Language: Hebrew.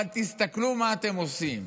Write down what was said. אבל תסתכלו מה אתם עושים: